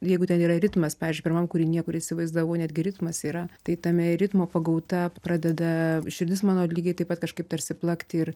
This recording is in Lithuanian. jeigu ten yra ritmas pavyzdžiui pirmam kūrinyje kur įsivaizdavau netgi ritmas yra tai tame ir ritmo pagauta pradeda širdis mano lygiai taip pat kažkaip tarsi plakti ir